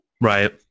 Right